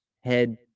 head